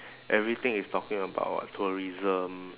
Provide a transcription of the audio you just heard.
everything is talking about what tourism